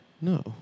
No